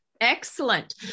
Excellent